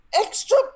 EXTRA